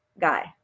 guy